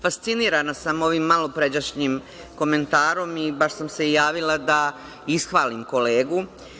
Fascinirana sam ovim malopređašnjim komentarom i baš sam se i javila da ishvalim kolegu.